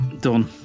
done